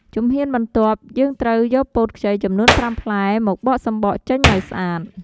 ជំហានបន្ទាប់ យើងត្រូវយកពោតខ្ចីចំនួន៥ផ្លែមកបកសំបកចេញឱ្យស្អាត។